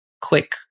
quick